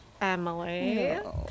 Emily